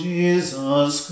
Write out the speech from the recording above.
Jesus